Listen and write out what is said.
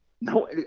No